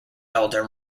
elder